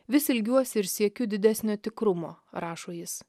vis ilgiuosi ir siekiu didesnio tikrumo rašo jis